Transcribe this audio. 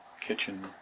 kitchen